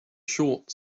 short